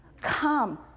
come